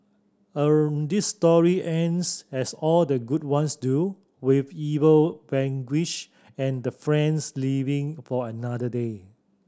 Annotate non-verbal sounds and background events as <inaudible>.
<unintelligible> this story ends as all the good ones do with evil vanquished and the friends living for another day